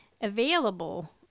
available